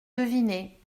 deviné